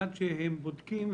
אנחנו עושים את עבודתנו נאמנה,